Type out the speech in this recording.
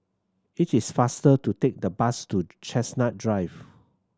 it is faster to take the bus to Chestnut Drive